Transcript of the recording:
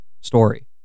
story